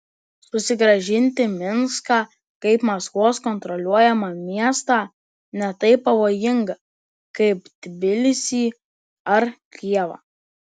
susigrąžinti minską kaip maskvos kontroliuojamą miestą ne taip pavojinga kaip tbilisį ar kijevą